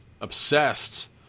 obsessed